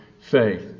faith